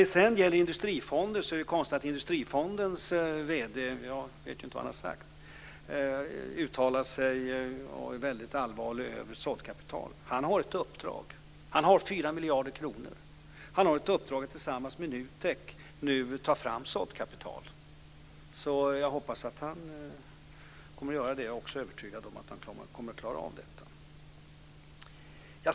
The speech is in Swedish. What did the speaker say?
Det är konstigt att Industrifondens vd - jag vet ju inte vad han har sagt - uttalar sig allvarligt om såddkapital. Han har ett uppdrag. Han har 4 miljarder kronor. Han har ett uppdrag att tillsammans med NUTEK nu ta fram såddkapital. Jag hoppas att han kommer att göra det, och jag är också övertygad om att han kommer att klara av detta.